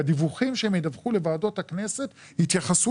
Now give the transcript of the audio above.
בדיווחים שהם ידווחו לוועדות הכנסת יתייחסו